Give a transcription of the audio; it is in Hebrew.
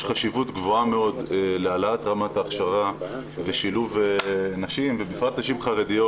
יש חשיבות גבוהה מאוד להעלאת רמת ההכשרה ושילוב נשים ובפרט נשים חרדיות,